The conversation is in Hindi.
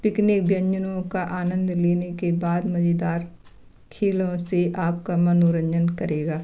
पिकनिक व्यंजनों का आनंद लेने के बाद मज़ेदार खेलों से आपका मनोरंजन करेगा